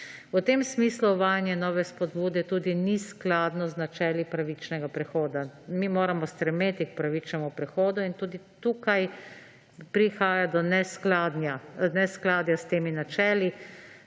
V tem smislu uvajanje nove spodbude tudi ni skladno z načeli pravičnega prehoda. Mi moramo stremeti k pravičnemu prehodu in tudi tukaj prihaja do neskladja s temi načeli.